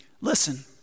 Listen